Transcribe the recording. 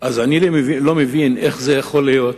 אז אני לא מבין איך זה יכול להיות.